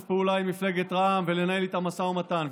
פעולה עם מפלגת רע"מ ולנהל איתם משא ומתן,